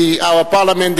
our parliament,